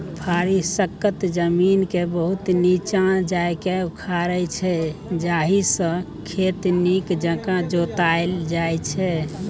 फारी सक्खत जमीनकेँ बहुत नीच्चाँ जाकए उखारै छै जाहिसँ खेत नीक जकाँ जोताएल जाइ छै